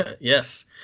Yes